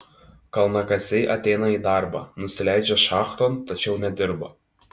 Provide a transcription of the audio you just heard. kalnakasiai ateina į darbą nusileidžia šachton tačiau nedirba